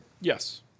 Yes